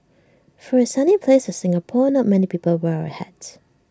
for A sunny place Singapore not many people wear A hat